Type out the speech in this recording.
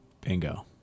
Bingo